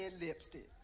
lipstick